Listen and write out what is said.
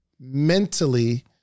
mentally